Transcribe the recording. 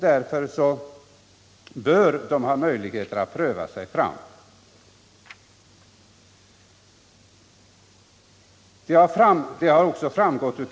Därför bör de ha möjlighet att pröva sig fram.